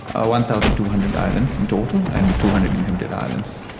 ah one thousand two hundred islands in total and two hundred inhabited islands.